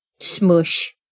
smush